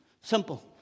Simple